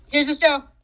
here's the show